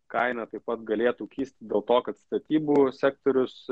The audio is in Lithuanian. kaina taip pat galėtų kistis dėl to kad statybų sektorius